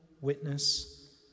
witness